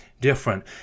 different